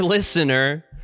Listener